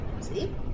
See